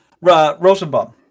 Rosenbaum